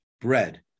bread